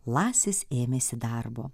lasis ėmėsi darbo